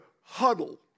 huddle